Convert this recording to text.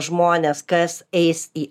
žmones kas eis į